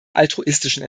altruistischen